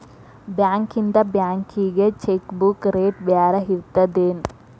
ಬಾಂಕ್ಯಿಂದ ಬ್ಯಾಂಕಿಗಿ cheque book rate ಬ್ಯಾರೆ ಇರ್ತದೇನ್